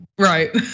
Right